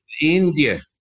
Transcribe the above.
India